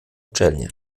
uczelnię